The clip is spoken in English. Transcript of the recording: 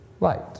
light